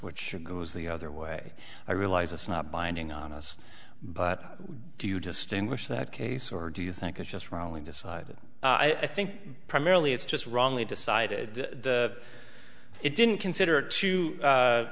which goes the other way i realize it's not binding on us but do you distinguish that case or do you think it's just wrongly decided i think primarily it's just wrongly decided the it didn't consider two